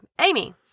Amy